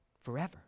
forever